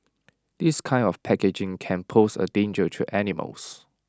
this kind of packaging can pose A danger to animals